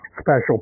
special